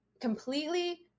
completely